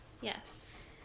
Yes